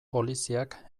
poliziak